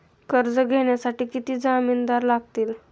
कर्ज घेण्यासाठी किती जामिनदार लागतील?